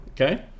Okay